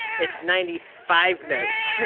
it's ninety five notes,